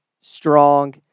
strong